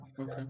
okay